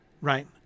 right